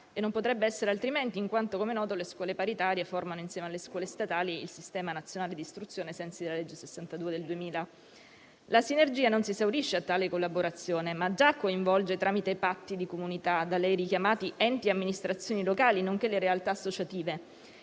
e non potrebbe essere altrimenti in quanto, come noto, le scuole paritarie formano insieme alle scuole statali il sistema nazionale d'istruzione, ai sensi della legge n. 62 del 2000. La sinergia non si esaurisce in tale collaborazione ma già coinvolge, tramite i patti di comunità da lei richiamati, enti e amministrazioni locali, nonché le realtà associative.